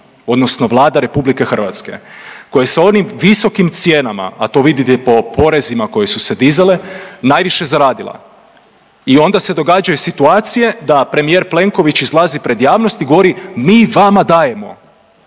odnosno Vlada RH koja sa onim visokim cijenama, a to vidite i po porezima koje su se dizale najviše zaradila. I onda se događaju situacije da premijer Plenković izlazi pred javnost i govori mi vama dajemo,